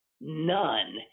none